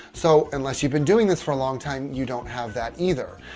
so unless you've been doing this for a long time, you don't have that either.